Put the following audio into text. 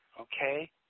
okay